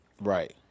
right